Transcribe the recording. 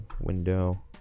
Window